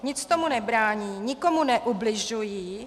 Nic tomu nebrání, nikomu neubližují.